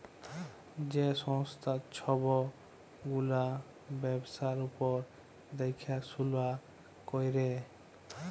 যে সংস্থা ছব গুলা ব্যবসার উপর দ্যাখাশুলা ক্যরে